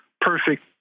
perfect